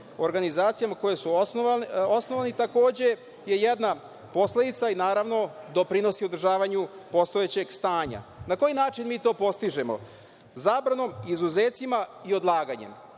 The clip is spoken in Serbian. organizacijama koje su osnovale, takođe je jedna posledica i naravno doprinosi održavanju postojećeg stanja. Na koji način mi to postižemo? Zabranom, izuzecima i odlaganjem. Imamo